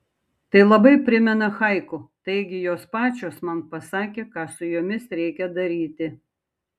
tai labai primena haiku taigi jos pačios man pasakė ką su jomis reikia daryti